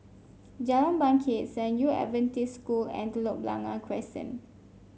Jalan Bangket San Yu Adventist School and Telok Blangah Crescent